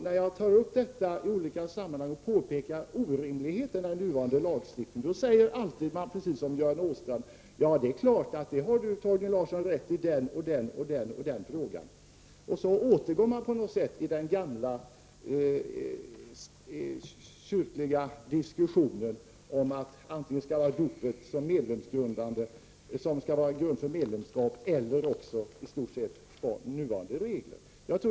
När jag tar upp detta i olika sammanhang och påpekar orimligheterna i nuvarande lagstiftning säger man alltid, precis som Göran Åstrand gör här: ”Ja, det är klart att du har rätt i den och den frågan.” Men sedan återgår man på något sätt till den gamla, kyrkliga diskussionen om att det antingen skall vara dopet som är grunden för medlemskap eller att vi i stort sett skall behålla nuvarande regler.